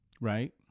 Right